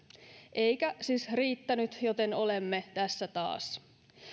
eikä siis riittänyt joten olemme tässä taas